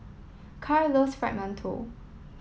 Carl loves Fried Mantou